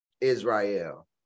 Israel